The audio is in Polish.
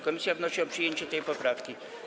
Komisja wnosi o przyjęcie tej poprawki.